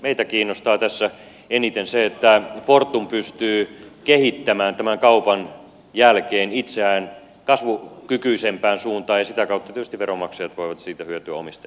meitä kiinnostaa tässä eniten se että fortum pystyy kehittämään tämän kaupan jälkeen itseään kasvukykyisempään suuntaan ja sitä kautta tietysti veronmaksajat voivat siitä hyötyä omistajina